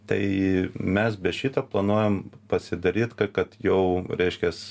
tai mes be šito planuojam pasidaryt ka kad jau reiškias